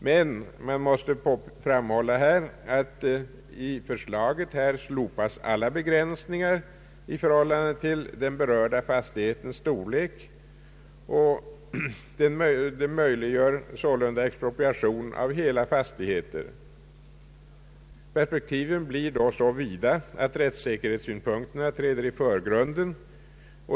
Det är dock att märka att enligt förslaget slopas alla begränsningar i förhållande till den berörda fastighetens storlek, vilket möjliggör expropriation av hela fastigheter. Perspektiven blir då så vida att rättssäkerhetssynpunkterna träder i förgrunden.